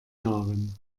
jahren